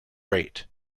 rate